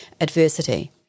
adversity